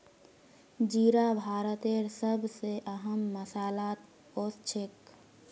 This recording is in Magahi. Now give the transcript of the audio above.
जीरा भारतेर सब स अहम मसालात ओसछेख